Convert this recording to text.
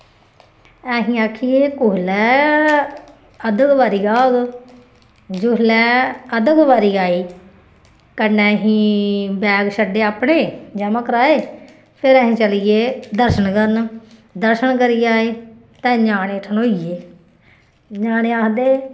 असीं आखिये कुसलै अद्ध कवारी आग जिसलै अद्ध कवारी आई कन्नै असीं बैग छड्डे अपने ज'मा कराए फिर अस चली गे दर्शन करन दर्शन करियै आए ते ञ्याने ठंडोई गे ञ्याने आखदे